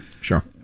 Sure